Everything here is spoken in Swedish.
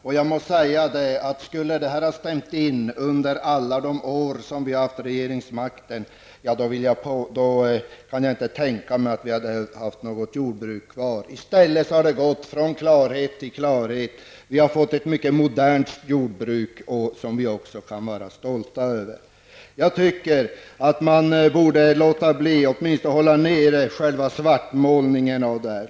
Om det skulle ha stämt under alla de år som vi har haft regeringsmakten, kan jag inte tänka mig att vi skulle ha haft något jordbruk kvar. I stället har vi gått från klarhet till klarhet. Vi har fått ett mycket modernt jordbruk, som vi också kan vara stolta över. Jag tycker att man borde låta bli, eller åtminstone hålla nere, själva svartmålningen.